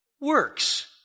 works